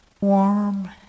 warm